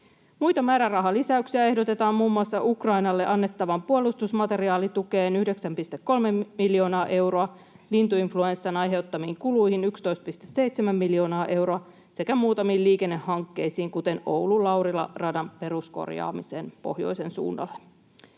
Muina määrärahalisäyksinä ehdotetaan muun muassa Ukrainalle annettavaan puolustusmateriaalitukeen 9,3 miljoonaa euroa, lintuinfluenssan aiheuttamiin kuluihin 11,7 miljoonaa euroa sekä muutamiin liikennehankkeisiin, kuten Oulu—Laurila-radan peruskorjaamiseen pohjoisen suunnalle.